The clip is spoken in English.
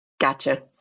Gotcha